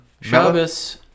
Shabbos